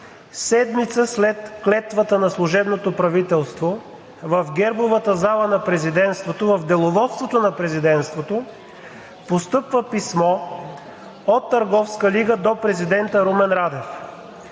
седмица след клетвата на служебното правителство в Гербовата зала на Президентството, в Деловодството на Президентството постъпва писмо от „Търговска лига“ до президента Румен Радев.